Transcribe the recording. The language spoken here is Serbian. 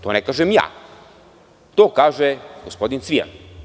To ne kažem ja, to kaže gospodin Cvijan.